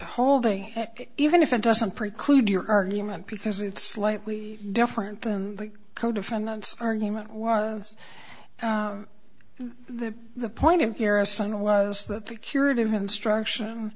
holding even if it doesn't preclude your argument because it's slightly different than the co defendants argument was that the point if you're a son was that the curative instruction